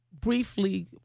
briefly